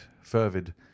fervid